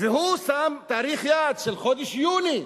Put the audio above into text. והוא שם תאריך יעד של חודש יוני.